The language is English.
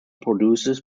produces